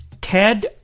Ted